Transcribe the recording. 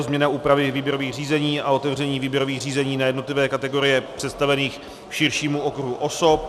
Změna úpravy výběrových řízení a otevření výběrových řízení na jednotlivé kategorie představených širšímu okruhu osob.